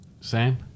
Sam